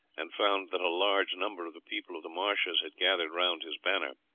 and found that a large number of the people of the marshes had gathered round his banner.